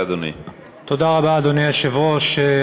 אדוני היושב-ראש.